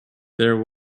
there